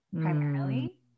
primarily